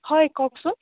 হয় কওকচোন